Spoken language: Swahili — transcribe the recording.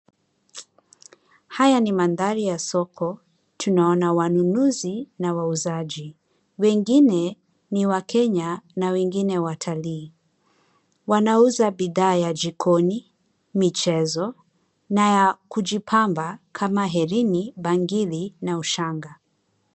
Haya ni mandhari ya soko tunaona wanunuzi na wauzaji wengine ni wakenya na wengine watalii. Wanauza bidhaa ya jikoni, michezo na ya kujipamba kama herini, bangili na ushanga.